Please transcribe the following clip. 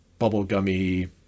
bubblegummy